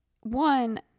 one